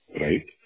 Right